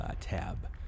tab